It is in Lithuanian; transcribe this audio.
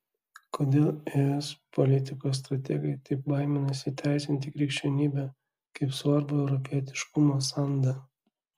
kodėl es politikos strategai taip baiminasi įteisinti krikščionybę kaip svarbų europietiškumo sandą